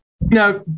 now